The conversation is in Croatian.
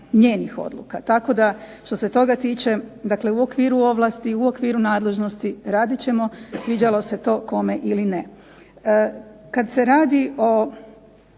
njenih odluka. Tako da što se toga tiče, dakle u okviru ovlasti, u okviru nadležnosti radit ćemo sviđalo se to kome ili ne. Kad se radi o